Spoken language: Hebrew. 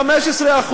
15%,